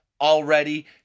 already